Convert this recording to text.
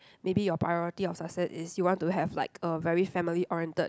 maybe your priority of success is you want to have like a very family oriented